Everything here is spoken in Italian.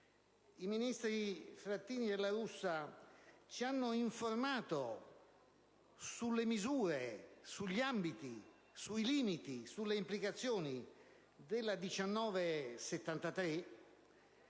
i ministri Frattini e La Russa ci hanno informato sulle misure, sugli ambiti, sui limiti, sulle implicazioni della